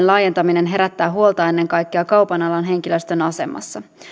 laajentaminen edelleen herättää huolta ennen kaikkea kaupan alan henkilöstön asemassa